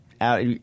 out